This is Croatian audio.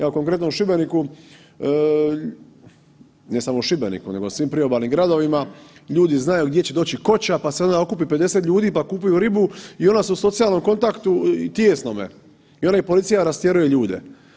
Evo, konkretno u Šibeniku, ne samo u Šibeniku nego u svim priobalnim gradovima, ljudi znaju gdje će doći koča, pa se onda okupi 50 ljudi, pa kupuju ribu i onda su u socijalnom kontaktu tijesnome i onda policija rastjeruje ljude.